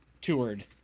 toured